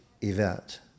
event